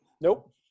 Nope